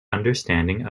understanding